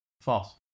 False